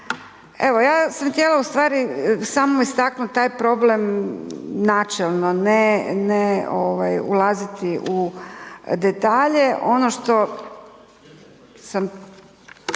Evo, ja sam htjela u stvari samo istaknut taj problem načelno ne, ne ovaj ulaziti u detalje. Ono što sam